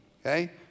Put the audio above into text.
okay